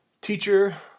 teacher